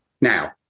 now